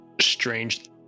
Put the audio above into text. strange